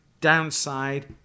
downside